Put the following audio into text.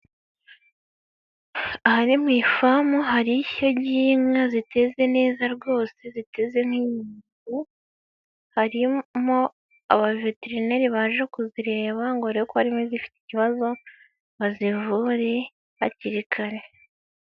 Aha ni mu ifamu hari ishyayo ry'inka ziteze neza rwose ziteze nk'inyambo, harimo abaveterineri baje kuzireba ngo barebe ko harimo izifite ikibazo bazivuri hakiri kare.